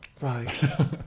Right